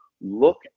look